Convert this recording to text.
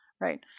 right